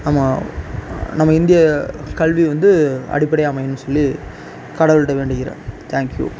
நம்ம நம்ம இந்திய கல்வி வந்து அடிப்படையாக அமையணும்னு சொல்லி கடவுள்கிட்ட வேண்டிக்கிறேன் தேங்க்யூ